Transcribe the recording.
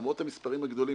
למרות המספרים הגדולים,